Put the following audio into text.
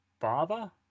father